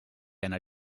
anar